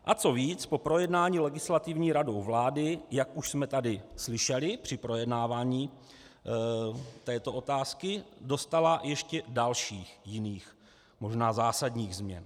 A co víc, po projednání Legislativní radou vlády, jak už jsme tady slyšeli při projednávání této otázky, dostála ještě dalších jiných, možná zásadních změn.